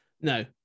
No